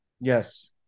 yes